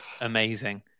Amazing